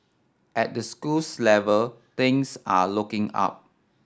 at the schools level things are looking up